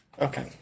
Okay